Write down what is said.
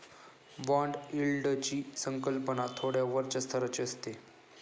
bond यील्डची संकल्पना थोड्या वरच्या स्तराची असते